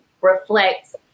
reflects